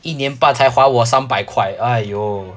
一年半才还我三百块 !aiyo!